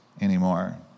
anymore